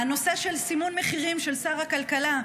הנושא של סימון מחירים של שר הכלכלה,